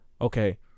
Okay